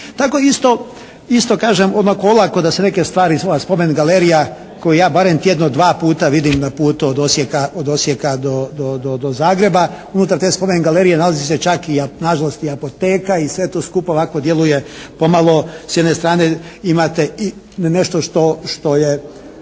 isto, isto kažem odmah olako da se neke stvari ova spomen galerija koju ja barem tjedno dva puta vidim na putu od Osijeka do Zagreba. Unutar te spomen galerije nalazi se čak i nažalost i apoteka i sve to skupa ovako djeluje pomalo s jedne strane imate nešto što je,